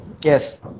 Yes